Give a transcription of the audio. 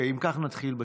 אם כך, נתחיל בשאילתות.